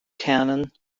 cannon